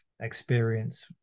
experience